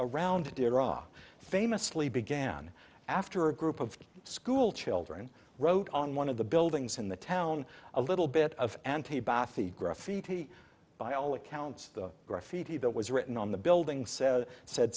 around iraq famously began after a group of schoolchildren wrote on one of the buildings in the town a little bit of anti bath the graffiti by all accounts the graffiti that was written on the building says said